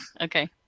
okay